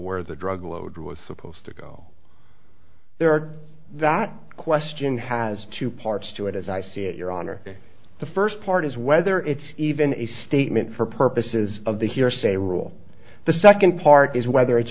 where the drug load was supposed to go there are that question has two parts to it as i see it your honor the first part is whether it's even a statement for purposes of the hearsay rule the second part is whether it's